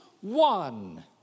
one